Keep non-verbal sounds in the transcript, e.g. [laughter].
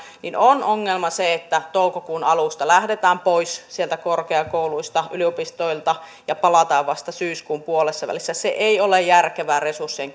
voin sanoa että on ongelma se että toukokuun alusta lähdetään pois korkeakouluista yliopistoilta ja palataan vasta syyskuun puolessavälissä se ei ole järkevää resurssien [unintelligible]